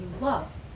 love